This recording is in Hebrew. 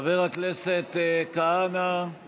חבר הכנסת כהנא, חבר הכנסת כהנא,